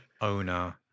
owner